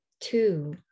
two